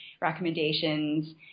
recommendations